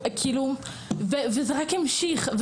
זה לא עזר, זה רק המשיך.